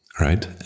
right